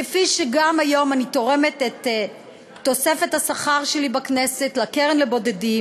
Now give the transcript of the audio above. כפי שגם היום אני תורמת את תוספת השכר שלי בכנסת לבודדים,